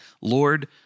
Lord